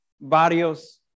varios